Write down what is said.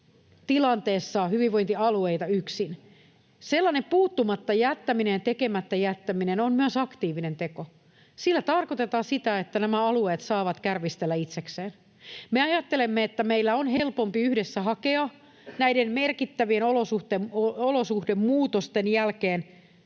alijäämätilanteessa hyvinvointialueita yksin. Sellainen puuttumatta jättäminen ja tekemättä jättäminen on myös aktiivinen teko. Sillä tarkoitetaan sitä, että nämä alueet saavat kärvistellä itsekseen. Me ajattelemme, että meillä on helpompi yhdessä hakea näiden merkittävien olosuhdemuutosten jälkeen